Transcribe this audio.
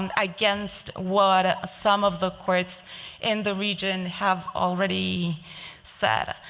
and against what ah some of the courts in the region have already said.